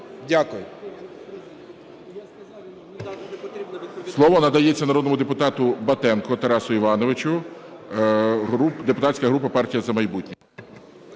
Слово надається народному депутату Батенку Тарасу Івановичу, депутатська група "Партія"За майбутнє".